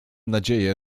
nadzieję